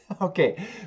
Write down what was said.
Okay